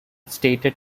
stated